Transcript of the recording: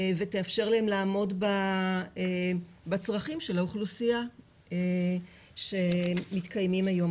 ותאפשר להם לעמוד בצרכים של האוכלוסייה שמתקיימים היום.